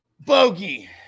Bogey